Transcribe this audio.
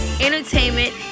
entertainment